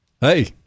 hey